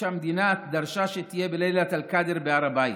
שהמדינה דרשה שתהיה בלילת אל-קדר בהר הבית,